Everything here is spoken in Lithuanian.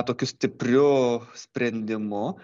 tokiu stipriu sprendimu